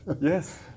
yes